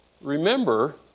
remember